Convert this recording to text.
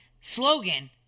slogan